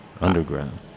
underground